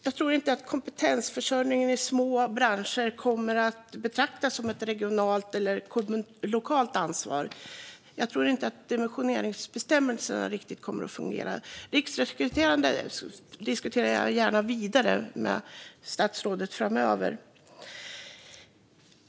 Jag tror inte att kompetensförsörjningen i små branscher kommer att betraktas som ett regionalt eller lokalt ansvar. Jag tror inte att dimensioneringsbestämmelserna riktigt kommer att fungera. Riksrekrytering diskuterar jag gärna vidare med statsrådet framöver.